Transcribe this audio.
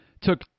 took